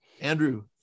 andrew